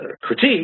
critique